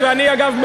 אגב,